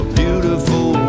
beautiful